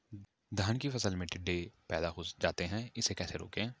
धान की फसल में टिड्डे पैदा हो जाते हैं इसे कैसे रोकें?